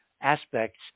aspects